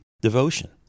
devotion